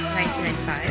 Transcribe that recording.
1995